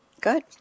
Good